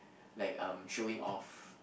like um showing off